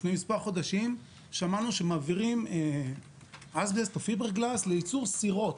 לפני מספר חודשים שמענו שמעבירים אזבסט או פיברגלס לייצור סירות.